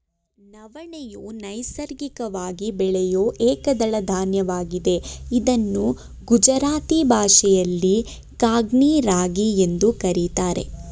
ನವಣೆಯು ನೈಸರ್ಗಿಕವಾಗಿ ಬೆಳೆಯೂ ಏಕದಳ ಧಾನ್ಯವಾಗಿದೆ ಇದನ್ನು ಗುಜರಾತಿ ಭಾಷೆಯಲ್ಲಿ ಕಾಂಗ್ನಿ ರಾಗಿ ಎಂದು ಕರಿತಾರೆ